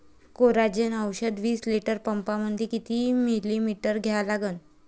Coragen औषध विस litre पंपामंदी किती मिलीमिटर घ्या लागन?